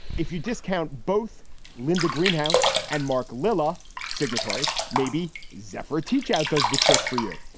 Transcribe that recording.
if you discount both linda greenhouse and mark lillah signatories, maybe zephyr teachout does the trick for you.